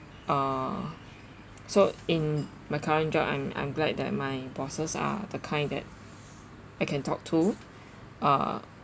uh so in my current job I'm I'm glad that my bosses are the kind that I can talk to ah